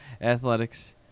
Athletics